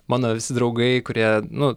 mano visi draugai kurie nu